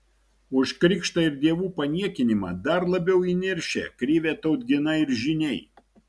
už krikštą ir dievų paniekinimą dar labiau įniršę krivė tautgina ir žyniai